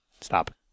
stop